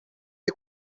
des